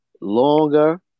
longer